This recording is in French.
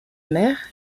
mère